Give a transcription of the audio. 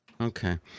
Okay